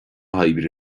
hoibre